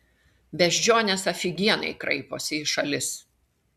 beždžionės afigienai kraiposi į šalis